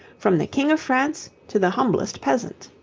from the king of france to the humblest peasant.